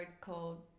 called